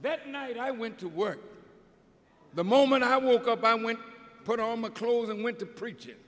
that night i went to work the moment i woke up i went put on my clothes and went to preach